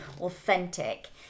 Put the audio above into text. authentic